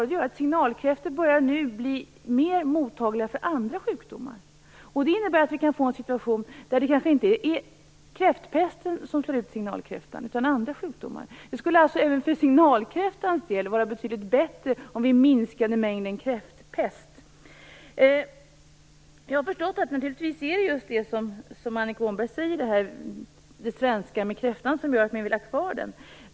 Det gör att signalkräftorna nu börjar bli mer mottagliga för andra sjukdomar. Det innebär att vi kan få en situation där det kanske inte är kräftpesten utan andra sjukdomar som slår ut signalkräftan. Det skulle alltså även för signalkräftans del vara betydligt bättre om vi minskade mängden kräftpest. Naturligtvis är det just det svenska med kräftan, som Annika Åhnberg säger, som gör att vi vill ha den kvar.